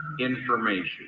information